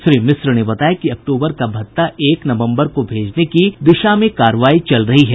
श्री मिश्र ने बताया कि अक्टूबर का भत्ता एक नवम्बर को भेजने की दिशा में कार्रवाई चल रही है